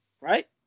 right